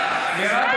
מירב,